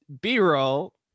b-roll